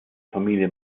familie